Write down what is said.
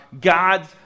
God's